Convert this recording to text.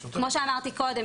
כמו שאמרתי קודם,